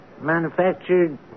manufactured